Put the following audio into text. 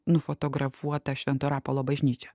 nufotografuota švento rapolo bažnyčia